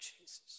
Jesus